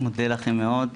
אני מודה לכם מאוד.